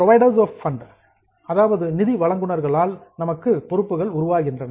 providers of funds நிதி வழங்குனர்களால் நமக்கு பொறுப்புகள் உருவாகின்றன